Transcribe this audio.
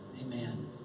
Amen